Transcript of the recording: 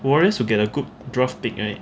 warriors will get a good draft pick right